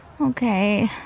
Okay